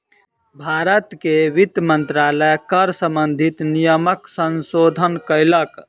भारत के वित्त मंत्रालय कर सम्बंधित नियमक संशोधन केलक